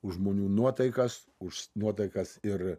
už žmonių nuotaikas už nuotaikas ir